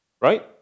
right